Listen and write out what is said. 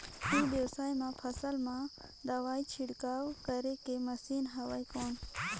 ई व्यवसाय म फसल मा दवाई छिड़काव करे के मशीन हवय कौन?